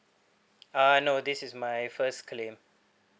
uh no this is my first claim